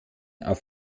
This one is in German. auf